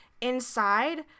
inside